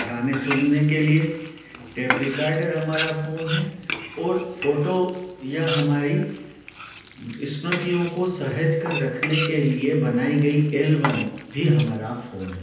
गाने सुनने के लिए टेप रिकार्डर हमारा फोन है और फोटो या हमारी स्मृतियों को सहज कर रखने के लिए बनाई गई एलवम भी हमारा फोन है